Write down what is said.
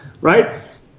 right